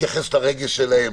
שמתייחס לרגש שלהם.